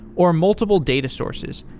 or multiple data sources.